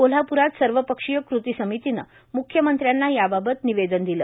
कोल्हाप्रात सर्वपक्षीय कृती समितीनं मुख्यमंत्र्यांना याबाबत निवेदन दिलं